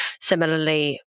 Similarly